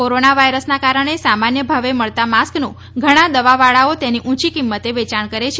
corona વાયરસના કારણે સામાન્ય ભાવે મળતા માસ્કનું ઘણા દવાઓ વાળા તેનું ઉંચી કિંમતે વેચાણ કરે છે